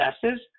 successes